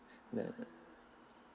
yes